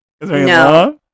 No